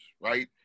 right